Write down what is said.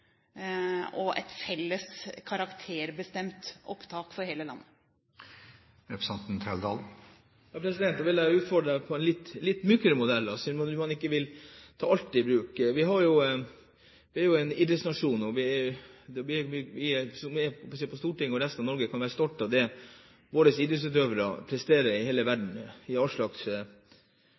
og et felles karakterbestemt opptak for hele landet. Da vil jeg utfordre på en litt mykere modell, siden man ikke vil ta alt i bruk. Vi er jo en idrettsnasjon. Vi som er på Stortinget, og folk i resten av landet kan være stolte av det våre idrettsutøvere presterer over hele verden, i